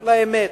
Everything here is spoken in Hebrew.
על האמת,